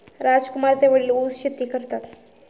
राजकुमारचे वडील ऊस शेती करतात